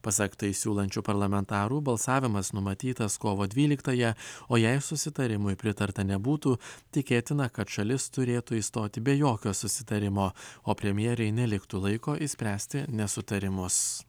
pasak tai siūlančių parlamentarų balsavimas numatytas kovo dvyliktąją o jei susitarimui pritarta nebūtų tikėtina kad šalis turėtų išstoti be jokio susitarimo o premjerei neliktų laiko išspręsti nesutarimus